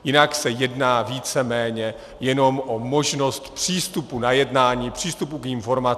Jinak se jedná víceméně jenom o možnost přístupu na jednání, přístupu k informacím.